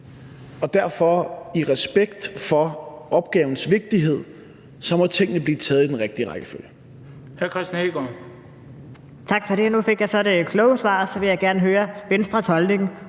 Derfor – i respekt for opgavens vigtighed – må tingene blive taget i den rigtige rækkefølge.